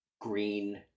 green